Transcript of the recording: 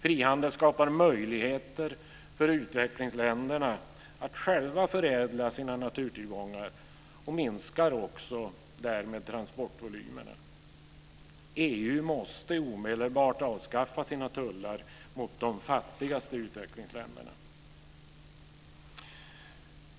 Frihandel skapar möjligheter för utvecklingsländerna att själva förädla sina naturtillgångar och minskar därmed också transportvolymerna. EU måste omedelbart avskaffa sina tullar mot de fattigaste utvecklingsländerna.